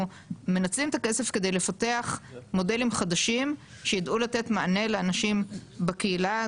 מנצלים את הכסף כדי לפתח מודלים חדשים שידעו לתת מענה לאנשים בקהילה.